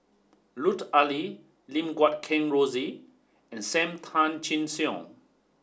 Lut Ali Lim Guat Kheng Rosie and Sam Tan Chin Siong